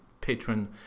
patron